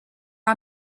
are